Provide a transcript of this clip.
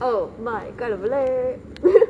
oh my கடவுளே:kadavule